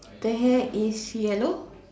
the hair is yellow